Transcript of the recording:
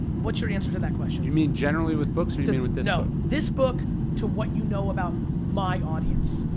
what's your answer to that question? you mean generally with books, or you mean with this book? no, this book to what you know about my audience.